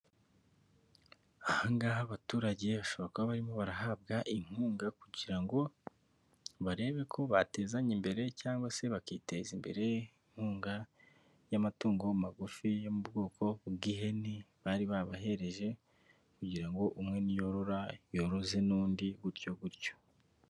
Ahangaha abaturage hashoboka kuba barimo barahabwa inkunga kugira ngo barebe ko batezanya imbere cyangwa se bakiteza imbere, inkunga y'amatungo magufi yo mu bwoko bw'ihene bari babahereje, kugira ngo umwe niyorora yoroze n'undi gutyo gutyo.